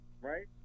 Right